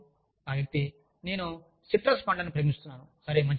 మరియు వ్యక్తి నేను సిట్రస్ పండ్లను ప్రేమిస్తున్నాను